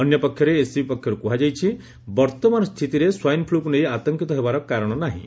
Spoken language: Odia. ଅନ୍ୟପକ୍ଷରେ ଏସ୍ସିବି ପକ୍ଷରୁ କୁହାଯାଇଛି ବର୍ଉମାନ ସ୍ଛିତିରେ ସ୍ୱାଇନ୍ ଫ୍ଲକୁ ନେଇ ଆତଙ୍କିତ ହେବାର କାରଶ ନାହିଁ